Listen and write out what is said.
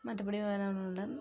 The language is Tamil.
மற்றபடி வேறு ஒன்றும் இல்லை